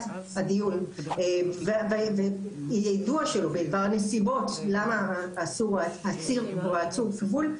הדיון והיידוע שלו בדבר הנסיבות למה האסיר או העצור כבול,